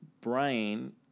brain